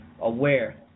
aware